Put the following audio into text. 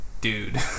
Dude